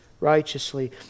righteously